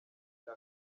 cya